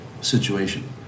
situation